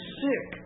sick